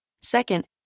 Second